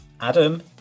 Adam